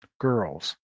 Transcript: girls